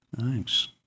thanks